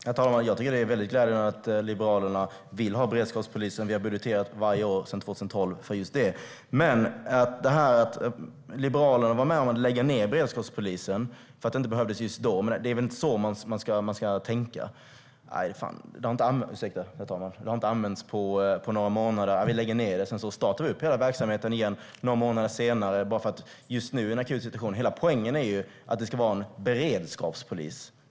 Herr talman! Jag tycker att det är glädjande att Liberalerna vill ha beredskapspolisen. Sverigedemokraterna har budgeterat varje år sedan 2012 för just detta. Liberalerna var med om att lägga ned beredskapspolisen för att den inte behövdes just då. Men det är väl inte så här man ska tänka: Detta har inte använts på några månader. Vi lägger ned det, och startar upp hela verksamheten igen några månader senare bara för att det råder en akut situation just nu! Hela poängen är att det ska vara just en beredskapspolis.